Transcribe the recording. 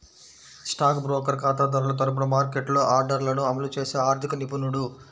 stock broker ఖాతాదారుల తరపున మార్కెట్లో ఆర్డర్లను అమలు చేసే ఆర్థిక నిపుణుడు